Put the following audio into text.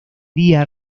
día